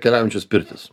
keliaujančios pirtys